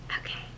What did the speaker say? okay